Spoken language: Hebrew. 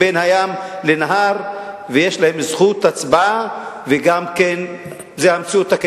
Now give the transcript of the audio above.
היא מבטיחה שהתוצאות האלה